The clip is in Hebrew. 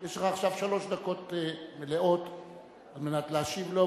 יש לך עכשיו שלוש דקות מלאות על מנת להשיב לו,